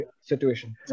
situation